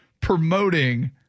promoting